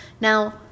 Now